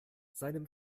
seinem